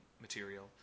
material